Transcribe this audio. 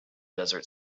desert